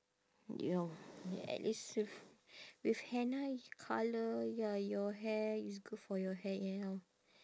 ya at least with with henna you colour ya your hair it's good for your hair now